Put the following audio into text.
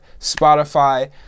Spotify